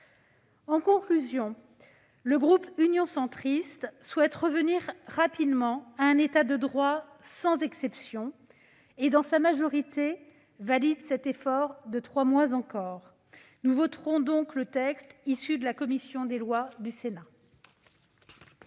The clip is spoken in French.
En conclusion, le groupe Union Centriste souhaite revenir rapidement à un État de droit sans exception et, dans sa majorité, il valide cet effort de trois mois encore. Nous voterons donc le texte issu de la commission des lois du Sénat.